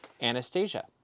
Anastasia